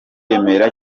remera